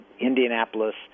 Indianapolis